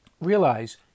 realize